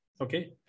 Okay